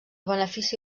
benefici